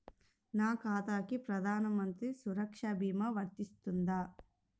నా ఖాతాకి ప్రధాన మంత్రి సురక్ష భీమా వర్తిస్తుందా?